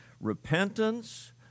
repentance